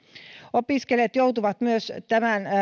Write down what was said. opiskelijat joutuvat myös tämän